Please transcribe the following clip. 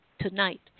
tonight